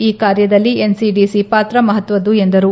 ಈ ಕಾರ್ಯದಲ್ಲಿ ಎನ್ಸಡಿಸಿ ಪಾತ್ರ ಮಹತ್ವದ್ದು ಎಂದರು